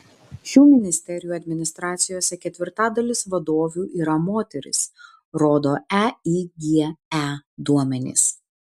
šių ministerijų administracijose ketvirtadalis vadovių yra moterys rodo eige duomenys